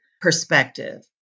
perspective